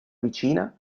vicina